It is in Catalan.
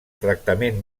tractament